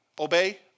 obey